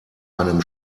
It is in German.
einem